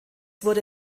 wurde